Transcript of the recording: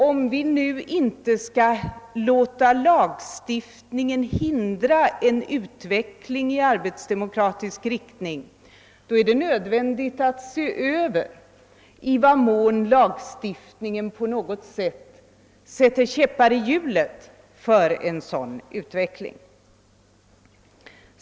Om vi inte skall låta lagstiftningen hindra en utveckling i arbetsdemokratisk riktning, är det nödvändigt att se över i vad mån lagstiftningen sätter käppar i hjulet för en sådan utveckling.